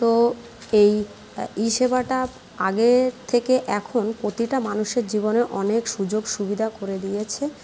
তো এই ই সেবাটা আগের থেকে এখন প্রতিটা মানুষের জীবনে অনেক সুযোগ সুবিধা করে দিয়েছে